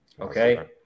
Okay